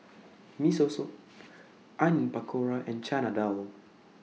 Miso Soup Onion Pakora and Chana Dal